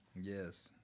Yes